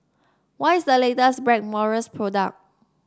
what is the latest Blackmores product